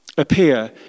Appear